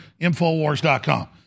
InfoWars.com